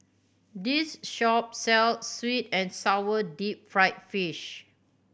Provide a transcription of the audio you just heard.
this shop sells sweet and sour deep fried fish